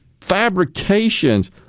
fabrications